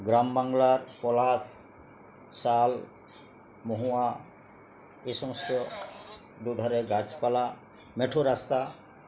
গ্রাম বাংলার পলাশ শাল মহুয়া এই সমস্ত দুধারে গাছপালা মেঠো রাস্তা